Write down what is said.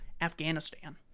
Afghanistan